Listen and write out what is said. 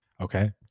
Okay